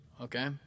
okay